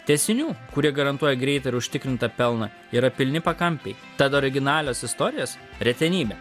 tęsinių kurie garantuoja greitą ir užtikrintą pelną yra pilni pakampiai tad originalios istorijos retenybė